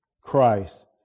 Christ